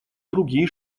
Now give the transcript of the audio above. другие